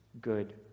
good